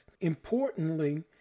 Importantly